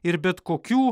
ir bet kokių